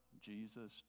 Jesus